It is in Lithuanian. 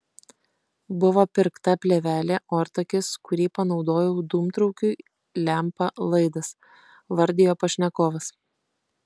buvo pirkta plėvelė ortakis kurį panaudojau dūmtraukiui lempa laidas vardijo pašnekovas